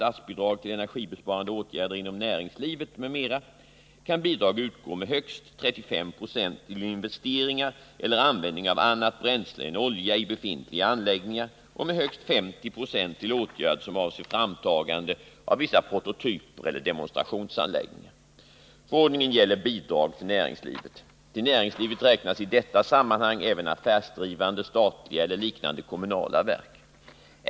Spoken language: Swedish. anläggningar och med högst 50 9 till åtgärd som avser framtagande av vissa prototyper eller demonstrationsanläggningar. Förordningen gäller bidrag till näringslivet. Till näringslivet räknas i detta sammanhang även affärsdrivande statliga verk och liknande kommunala verk.